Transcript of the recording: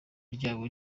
ryabo